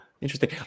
Interesting